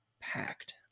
packed